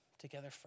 together